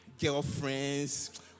girlfriends